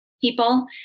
people